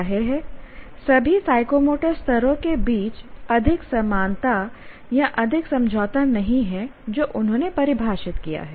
जाहिर है सभी साइकोमोटर स्तरों के बीच अधिक समानता या अधिक समझौता नहीं है जो उन्होंने परिभाषित किया है